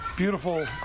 beautiful